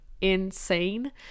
insane